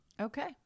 Okay